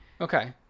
Okay